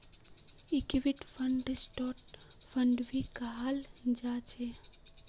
equity फंडक stock fund भी कहाल जा छे